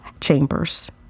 chambers